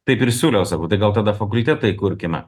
taip ir siūliau sakau tai gal tada fakultetą įkurkime